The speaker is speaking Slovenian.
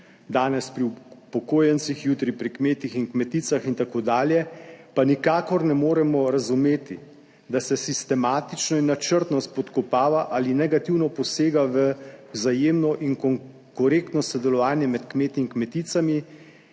danes pri upokojencih, jutri pri kmetih in kmeticah in tako dalje, pa nikakor ne moremo razumeti, da se sistematično in načrtno spodkopava ali negativno posega v vzajemno in korektno sodelovanje med kmeti in kmeticami,